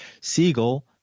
Siegel